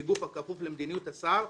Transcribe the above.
שהיא גוף הכפוף למדיניות השר,